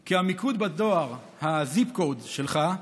כי המיקוד בדואר, ה-zip code שלך,